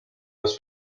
les